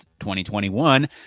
2021